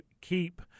keep